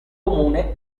comune